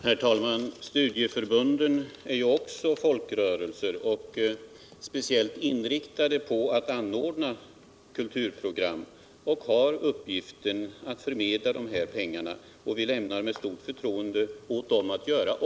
Herr talman! Studieförbunden är också folkrörelser — speciellt inriktade på att anordna kulturprogram. De har till uppgift att förmedla dessa pengar. och det är med stort förtroende vi låter dem göra det.